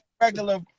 regular